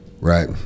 Right